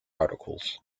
articles